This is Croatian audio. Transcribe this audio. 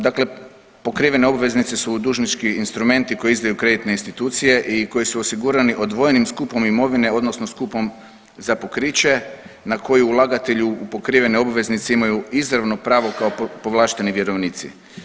Dakle, pokrivene obveznice su dužnički instrumenti koje izdaju kreditne institucije i koji su osigurani odvojenim skupom imovine odnosno skupom za pokriće na koji ulagatelji u pokrivene obveznice imaju izravno pravo kao povlašteni vjerovnici.